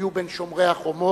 היו בין שומרי החומות